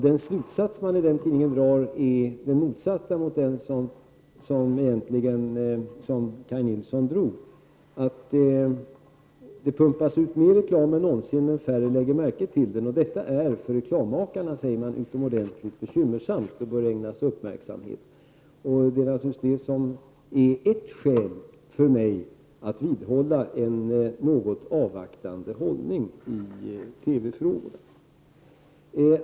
Den slutsats man i den tidningen drar är den motsatta mot Kaj Nilssons, nämligen att det pumpas ut mer reklam än någonsin samtidigt som allt färre lägger märke till den. Detta är, säger man, för reklammakarna utomordentligt bekymmersamt och det bör ägnas uppmärksamhet. Och detta är naturligtvis ett av skälen till att jag vidhåller en något avvaktande hållning i TV-frågorna.